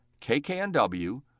KKNW